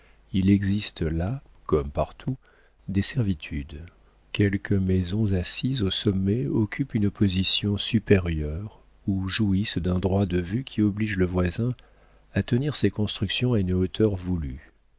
il existe là comme partout des servitudes quelques maisons assises au sommet occupent une position supérieure ou jouissent d'un droit de vue qui oblige le voisin à tenir ses constructions à une hauteur voulue